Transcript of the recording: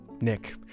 Nick